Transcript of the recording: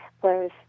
whereas